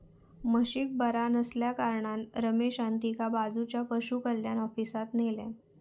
म्हशीक बरा नसल्याकारणान रमेशान तिका बाजूच्या पशुकल्याण ऑफिसात न्हेल्यान